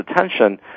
attention